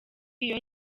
iyo